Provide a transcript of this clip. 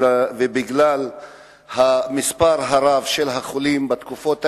ובגלל המספר הרב של החולים בתקופות האלה,